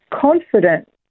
confident